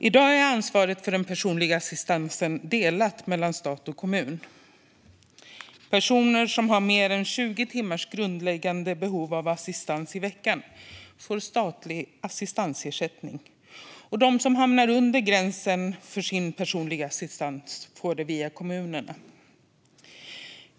I dag är ansvaret för den personliga assistansen delat mellan stat och kommun. Personer som har mer än 20 timmars grundläggande behov av assistans i veckan får statlig assistansersättning. De som hamnar under gränsen får sin personliga assistans via kommunerna.